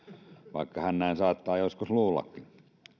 vaikka hän näin saattaa joskus luullakin